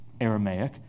Aramaic